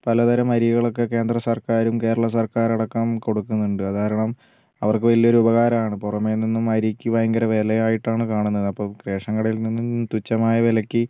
പലതരം അരികളൊക്കെ കേന്ദ്ര സർക്കാരും കേരള സർക്കാരടക്കം കൊടുക്കുന്നുണ്ട് അതുകാരണം അവർക്ക് വലിയ ഒരു ഉപകാരമാണ് പുറമേനിന്നും അരിക്ക് ഭയങ്കര വിലയായിട്ടാണ് കാണുന്നത് അപ്പോൾ റേഷൻ കടയിൽ നിന്നും തുച്ഛമായ വിലയ്ക്ക്